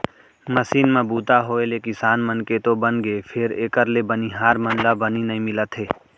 machine म बूता होय ले किसान मन के तो बनगे फेर एकर ले बनिहार मन ला बनी नइ मिलत हे